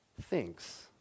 thinks